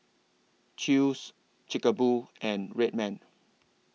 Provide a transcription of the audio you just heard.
Chew's Chic A Boo and Red Man